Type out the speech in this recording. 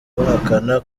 bahakana